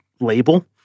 label